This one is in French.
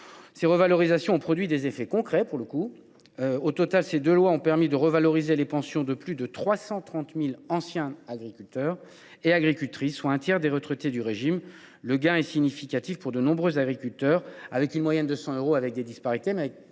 Ces revalorisations ont produit des effets concrets. Au total, ces deux lois ont permis de revaloriser les pensions de plus de 330 000 anciens agriculteurs et agricultrices, soit un tiers des retraités du régime. Le gain est significatif pour de nombreux agriculteurs – chacun le reconnaît –, puisqu’il s’établit,